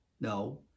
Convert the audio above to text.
No